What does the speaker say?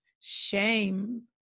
shame